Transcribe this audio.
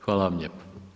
Hvala vam lijepo.